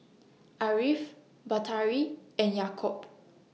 Ariff Batari and Yaakob